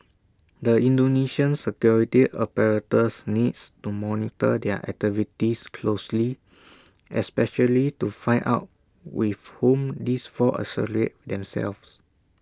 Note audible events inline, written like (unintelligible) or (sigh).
the Indonesian security apparatus needs to monitor their activities closely especially to find out with whom these four (unintelligible) themselves